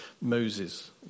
Moses